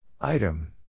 Item